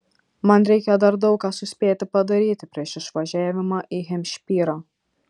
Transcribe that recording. man reikia dar daug ką suspėti padaryti prieš išvažiavimą į hempšyrą